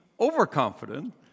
overconfident